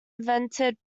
invented